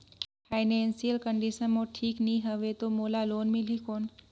Financial condition मोर ठीक नी हवे तो मोला लोन मिल ही कौन??